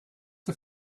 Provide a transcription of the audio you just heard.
the